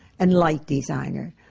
and light designer.